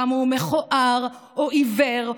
כמה הוא מכוער או עיוור,